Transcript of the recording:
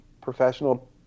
professional